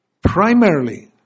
Primarily